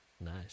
Nice